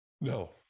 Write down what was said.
No